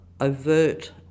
overt